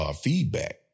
feedback